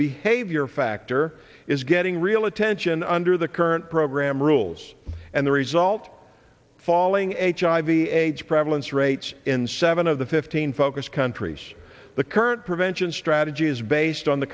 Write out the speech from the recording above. behavior factor is getting real attention under the current program rules and the result falling h i v age prevalence rates in seven of the fifteen focused countries the current prevention strategy is based on the